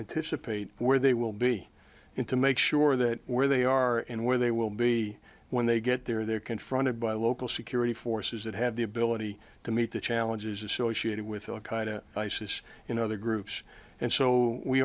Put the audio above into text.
anticipate where they will be into make sure that where they are and where they will be when they get there they're confronted by local security forces that have the ability to meet the challenges associated with isis in other groups and so we